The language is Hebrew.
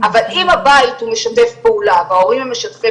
אבל אם הבית הוא משתף פעולה והורים משתפים